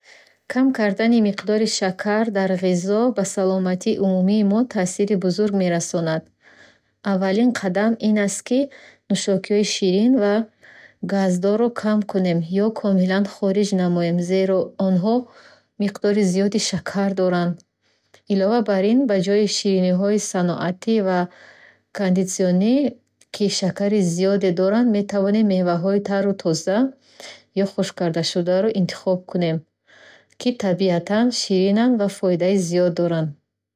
Кам кардани миқдори шакар дар ғизо ба саломатии умумии мо таъсири бузург мерасонад. Аввалин қадам ин аст, ки нӯшокиҳои ширин ва газдорро кам кунем ё комилан хориҷ намоем, зеро онҳо миқдори зиёди шакар доранд. Илова бар ин, ба ҷои шириниҳои саноатӣ ва кондитсионӣ, ки шакари зиёде доранд, метавонем меваҳои тару тоза ё хушккардашударо интихоб кунем, ки табиатан ширинанд ва фоидаи зиёд доранд.